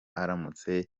aramutse